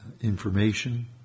information